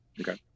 Okay